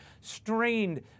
strained